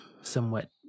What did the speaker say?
somewhat